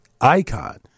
icon